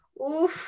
Oof